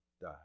die